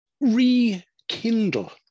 rekindle